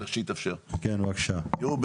תראו,